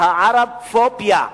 הערב-פוביה.